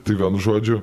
tai gan žodžiu